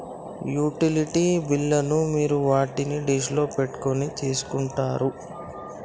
Utility బిల్లులను మీరు వేటిని దృష్టిలో పెట్టుకొని తీసుకుంటారు?